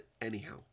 anyhow